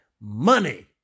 money